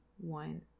one